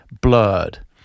blurred